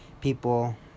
people